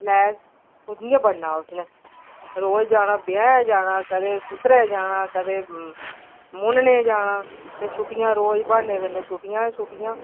lack कि'यां बनना उसने रोज़ जाना ब्याह् जाना कदें कुदै जाना कदें मुननें जाना ते छुट्टियां रोज ब्हानै कन्नै छुट्टियां गै छुट्टियां